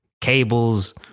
cables